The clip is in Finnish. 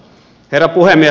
herra puhemies